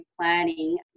planning